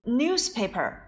newspaper